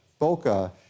bokeh